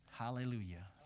Hallelujah